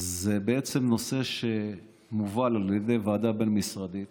זה בעצם נושא שמובל על ידי ועדה בין-משרדית